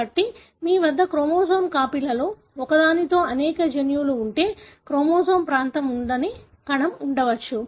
కాబట్టి మీ వద్ద క్రోమోజోమ్ కాపీలలో ఒకదానిలో అనేక జన్యువులు ఉండే క్రోమోజోమ్ ప్రాంతం ఉండని కణం ఉండవచ్చు